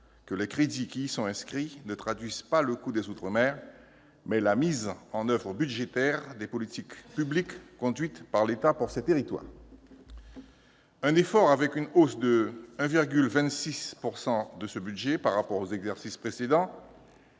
que les crédits inscrits ne traduisent pas le « coût des outre-mer », mais la mise en oeuvre budgétaire des politiques publiques conduites par l'État pour ces territoires. La hausse de 1,26 % de ce budget par rapport aux exercices précédents